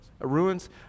ruins